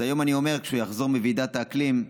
אז היום אני אומר: כשהוא יחזור מוועידת האקלים,